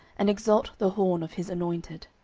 and exalt the horn of his anointed.